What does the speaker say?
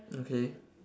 okay